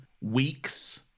weeks